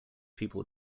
people